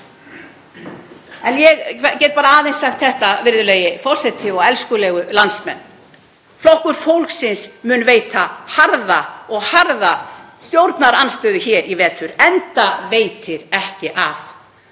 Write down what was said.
Ég get aðeins sagt þetta, virðulegi forseti og elskulegu landsmenn: Flokkur fólksins mun veita harða stjórnarandstöðu hér í vetur enda veitir ekki af.